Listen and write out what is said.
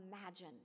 imagine